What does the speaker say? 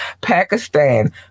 Pakistan